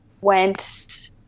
went